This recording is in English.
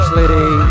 lady